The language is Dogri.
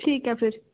ठीक ऐ फिर